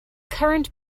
current